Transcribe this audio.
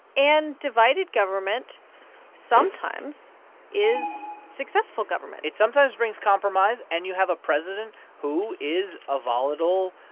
and divided government sometimes is successful government it sometimes brings compromise. and you have a president who is a volatile.